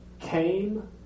Came